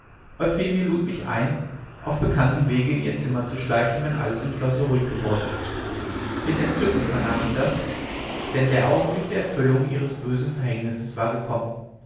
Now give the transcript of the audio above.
euphemie lud mich ein auf bekanntem wege in ihr zimmer zu schleichen wenn alles im schlosse ruhig geworden mit entzücken vernahm ich das denn der augenblick der erfüllung ihres bösen verhängnisses war gekommen